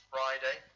Friday